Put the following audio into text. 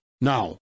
Now